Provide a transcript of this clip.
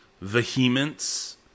vehemence